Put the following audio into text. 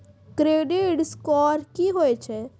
Credit score की होय छै?